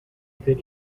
could